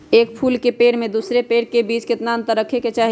एक फुल के पेड़ के दूसरे पेड़ के बीज केतना अंतर रखके चाहि?